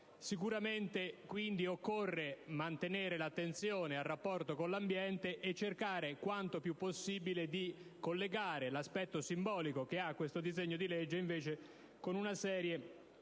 Sicuramente, quindi, occorre mantenere l'attenzione al rapporto con l'ambiente e cercare quanto più possibile di collegare l'aspetto simbolico che ha questo disegno di legge con una serie di ulteriori